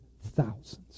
thousands